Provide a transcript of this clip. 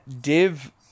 Div